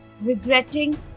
regretting